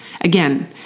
Again